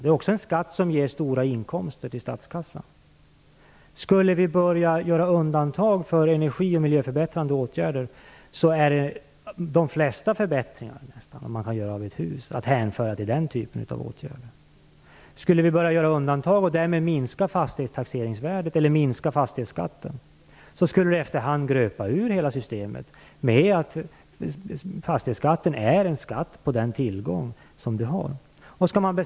Vidare är fastighetsskatten en skatt som ger stora inkomster till statskassan. Skulle vi börja göra undantag för energibesparande och miljöförbättrande åtgärder är de flesta förbättringar av ett hus att hänföra till den typen av åtgärder. Och skulle vi börja göra undantag och minska fastighetstaxeringsvärdet eller fastighetsskatten, skulle hela systemet efter hand gröpas ur. Fastighetsskatten är ju en skatt på en tillgång som man har.